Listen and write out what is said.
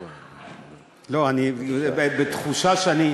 לא, אני בתחושה שאני,